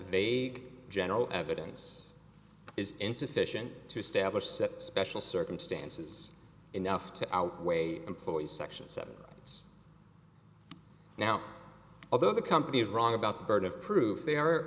vague general evidence is insufficient to establish that special circumstances enough to outweigh employees section seven it's now although the company is wrong about the burden of proof they are